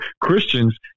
Christians